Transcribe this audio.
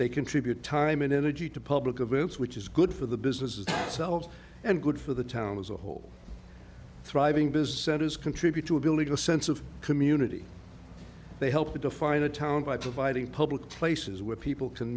they contribute time and energy to public events which is good for the businesses itself and good for the town as a whole thriving business centers contribute to building a sense of community they help to define a town by providing public places where people can